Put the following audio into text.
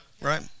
Right